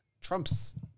Trump's